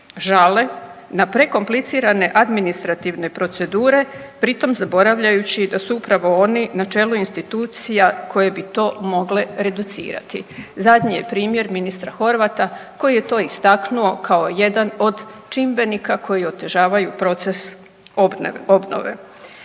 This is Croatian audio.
žale na prekomplicirane administrativne procedure, pri tom zaboravljajući da su upravo oni na čelu institucija koje bi to mogle reducirati. Zadnje je primjer ministra Horvata koji je to istaknuo kao jedan od čimbenika koji otežavaju proces obnove.